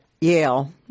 Yale